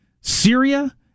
Syria